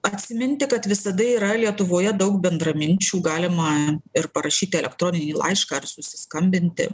atsiminti kad visada yra lietuvoje daug bendraminčių galima ir parašyti elektroninį laišką ar susiskambinti